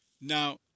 Now